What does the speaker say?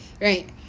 right